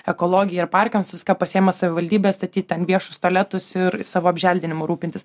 ekologijai ir parkams viską pasiima savivaldybės statyt ten viešus tualetus ir savo apželdinimu rūpintis